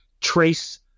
trace